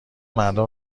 مردم